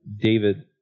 David